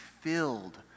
filled